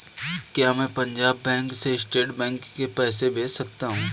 क्या मैं पंजाब बैंक से स्टेट बैंक में पैसे भेज सकता हूँ?